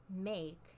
make